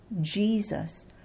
Jesus